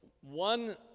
one